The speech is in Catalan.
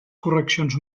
correccions